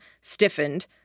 stiffened